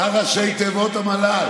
מה ראשי התיבות של המל"ל?